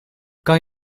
kan